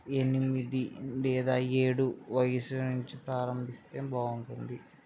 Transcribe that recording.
ఎనిమిది లేదా ఏడు వయసు నుంచి ప్రారంభిస్తే బాగుంటుంది